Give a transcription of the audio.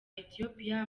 ethiopia